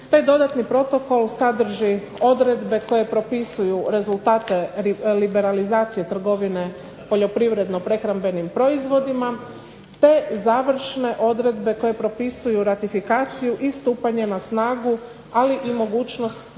Taj dodatni protokol sadrži odredbe koje propisuju rezultate liberalizacije trgovine poljoprivredno-prehrambenim proizvodima, te završne odredbe koje propisuju ratifikaciju i stupanje na snagu, ali i mogućnost privremene